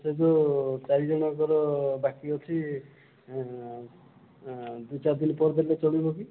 ସେ ଯେଉଁ ଚାରିଜଣକର ବାକି ଅଛି ଦୁଇ ଚାରିଦିନ ପରେ ଦେଲେ ଚଳିବ କି